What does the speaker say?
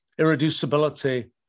irreducibility